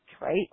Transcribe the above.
right